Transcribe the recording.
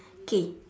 K